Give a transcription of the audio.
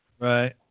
Right